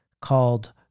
called